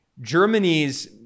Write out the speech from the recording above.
Germany's